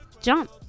Jump